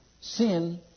sin